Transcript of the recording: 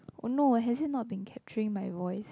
oh no has it not been capturing my voice